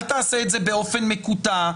אל תעשה את זה באופן מקוטע,